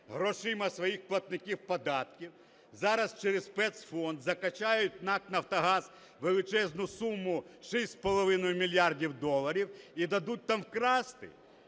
грошима своїх платників податків, зараз через спецфонд закачають в НАК "Нафтогаз" величезну суму 6,5 мільярда доларів і дадуть там красти?